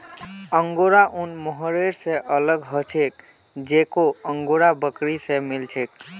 angora ऊन mohair स अलग ह छेक जेको अंगोरा बकरी स मिल छेक